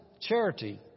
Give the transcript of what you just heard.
charity